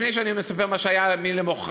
לפני שאני מספר מה שהיה למחרת,